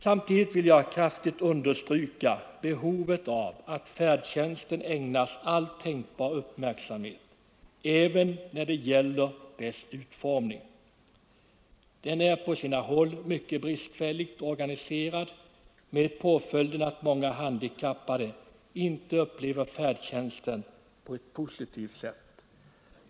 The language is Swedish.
Samtidigt vill jag kraftigt understryka behovet av att färdtjänsten ägnas all tänkbar uppmärksamhet även när det gäller dess utformning. Den är på sina håll mycket bristfälligt organiserad, med påföljd att många handikappade inte upplever färdtjänsten på ett positivt sätt.